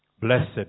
Blessed